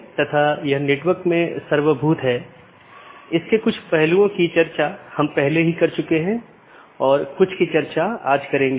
यह एक बड़े आईपी नेटवर्क या पूरे इंटरनेट का छोटा हिस्सा है